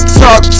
talk